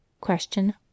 Question